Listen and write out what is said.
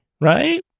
right